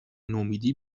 نومیدی